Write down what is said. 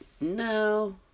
No